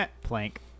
Plank